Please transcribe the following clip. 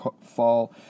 fall